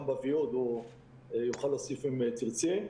הוא יוכל להוסיף אם תרצי,